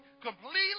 completely